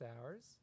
hours